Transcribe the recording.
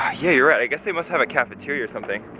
ah yeah you're right, i guess they must have a cafeteria or something.